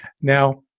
Now